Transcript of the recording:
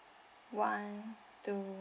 one two